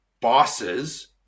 bosses